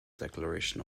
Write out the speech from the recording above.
declaration